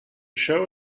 show